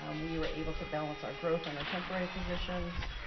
um we were able to balance our growth on our temporary positions.